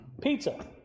pizza